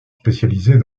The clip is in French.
spécialisés